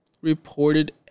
reported